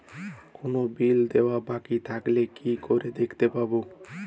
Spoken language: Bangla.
কোনো বিল দেওয়া বাকী থাকলে কি করে দেখতে পাবো?